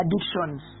addictions